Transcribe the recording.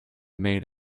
made